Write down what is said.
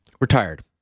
Retired